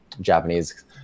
japanese